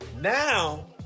now